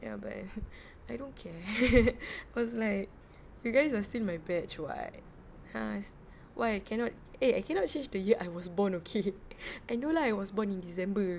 ya but I don't care cause like you guys are still my batch [what] ah why cannot eh I cannot change the year I was born okay I know lah I was born in december